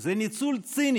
זה ניצול ציני